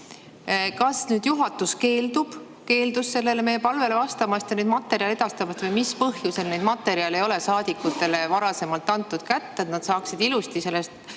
kas juhatus keeldus sellele meie palvele vastamast ja neid materjale edastamast või mis põhjusel neid materjale ei ole saadikutele varasemalt kätte antud, et nad saaksid ilusti sellest